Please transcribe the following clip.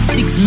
Six